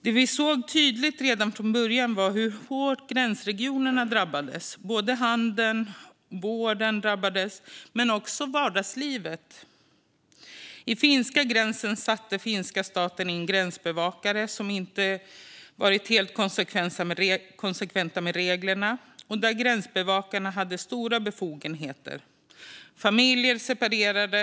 Det vi såg tydligt redan från början var hur hårt gränsregionerna drabbades - handeln och vården drabbades, men också vardagslivet. Vid finska gränsen satte finska staten in gränsbevakare som inte var helt konsekventa med reglerna. Gränsbevakarna hade stora befogenheter. Familjer separerades.